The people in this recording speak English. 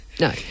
No